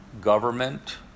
government